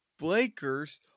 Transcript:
Blakers